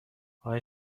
آیا